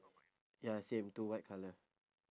ya same two white colour